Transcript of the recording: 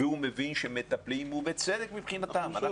יש